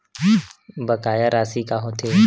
बकाया राशि का होथे?